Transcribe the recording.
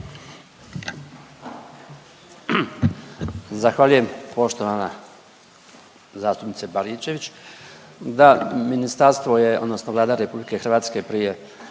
Zahvaljujem poštovana zastupnice Baričević. Da, ministarstvo je odnosno Vlada Republike Hrvatske prije